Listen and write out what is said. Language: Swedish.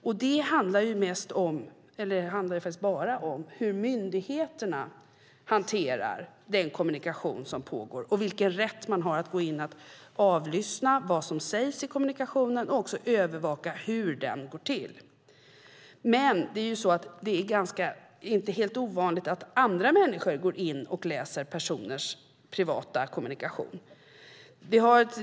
Men det handlar om hur myndigheterna hanterar den kommunikation som pågår och vilken rätt man har att gå in och avlyssna vad som sägs i kommunikationen och också övervaka hur den går till. Men det är inte helt ovanligt att andra människor går in och läser olika personers privata kommunikation.